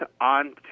on